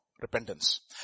repentance